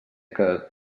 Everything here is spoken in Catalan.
que